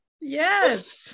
Yes